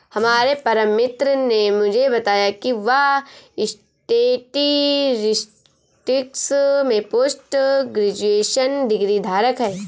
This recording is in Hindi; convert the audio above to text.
हमारे परम मित्र ने मुझे बताया की वह स्टेटिस्टिक्स में पोस्ट ग्रेजुएशन डिग्री धारक है